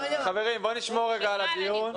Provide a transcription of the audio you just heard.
חברים, בואו נשמור על הדיון.